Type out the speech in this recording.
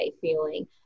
feeling